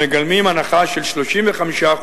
המגלמים הנחה של 35%,